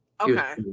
okay